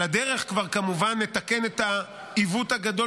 על הדרך כבר כמובן נתקן את העיוות הגדול